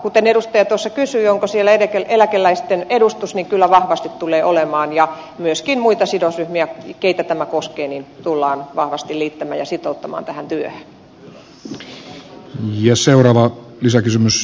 kun edustaja kysyi onko siellä eläkeläisten edustus niin kyllä vahvasti tulee olemaan ja myöskin muita sidosryhmiä keitä tämä koskee tullaan vahvasti liittämään ja sitouttamaan tähän työhön